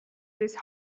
these